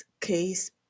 case